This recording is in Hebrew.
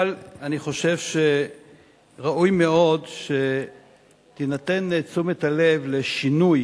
אבל אני חושב שראוי מאוד שתינתן תשומת הלב לשינוי